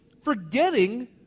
forgetting